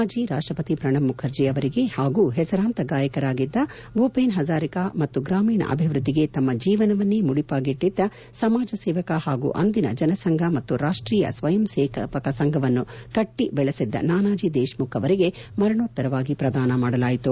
ಮಾಜಿ ರಾಷ್ಲಪತಿ ಪ್ರಣಬ್ ಮುಖರ್ಜಿ ಅವರಿಗೆ ಹಾಗೂ ಹೆಸರಾಂತ ಗಾಯಕರಾಗಿದ್ದ ಭೂಪೆನ್ ಪಝಾರಿಕ ಮತ್ತು ಗ್ರಾಮೀಣ ಅಭಿವೃದ್ದಿಗೆ ತಮ್ಮ ಜೀವನವನ್ನೇ ಮುಡಿಪಾಗಿಟ್ಟಿದ್ದ ಸಮಾಜ ಸೇವಕ ಹಾಗೂ ಅಂದಿನ ಜನಸಂಘ ಮತ್ತು ರಾಷ್ಟೀಯ ಸ್ವಯಂ ಸೇವಕ ಸಂಘವನ್ನು ಕಟ್ಟಿ ಬೆಳೆಸಿದ್ದ ನಾನಾಜಿ ದೇಶ್ಮುಖ್ ಅವರಿಗೆ ಮರಣೋತ್ತರವಾಗಿ ಪ್ರದಾನ ಮಾಡಲಾಯಿತು